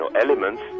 elements